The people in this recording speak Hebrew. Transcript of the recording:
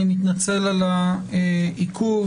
אני מתנצל על העיכוב.